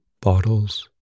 bottles